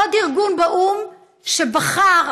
עוד ארגון באו"ם שבחר,